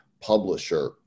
publisher